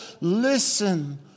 listen